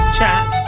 Chat